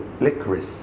licorice